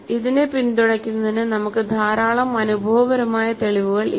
ഇതിനെ പിന്തുണയ്ക്കുന്നതിന് നമുക്ക് ധാരാളം അനുഭവപരമായ തെളിവുകൾ ഇല്ല